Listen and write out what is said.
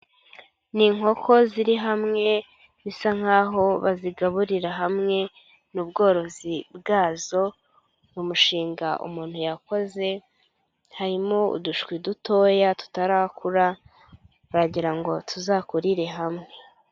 Ni inkoko ziri hamwe, bisa nk'aho bazigaburira hamwe, n'ubworozi bwazo, umu mushinga umuntu yakoze, harimo udushwi dutoya tutarakura, baragira ngo tuzakurire hamwe.